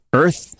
earth